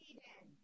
Eden